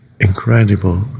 incredible